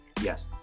Yes